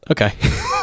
okay